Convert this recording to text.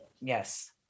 Yes